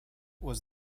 was